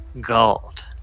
gold